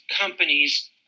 companies